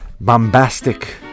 bombastic